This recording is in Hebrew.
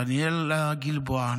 דניאלה גלבוע,